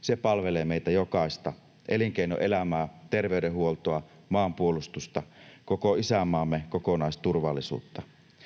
Se palvelee meitä jokaista: elinkeinoelämää, terveydenhuoltoa, maanpuolustusta, koko isänmaamme kokonaisturvallisuutta.